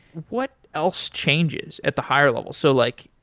what else changes at the higher level? so like,